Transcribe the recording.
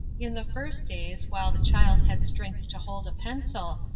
in the first days, while the child had strength to hold a pencil,